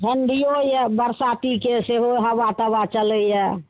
ठण्डिओ यऽ बरसातीके सेहो हवा तवा चलैये